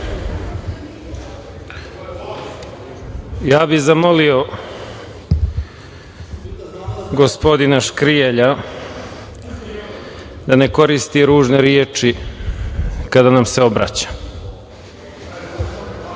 Zamolio bih gospodina Škrijelja da ne koristi ružne reči kada nam se obraća.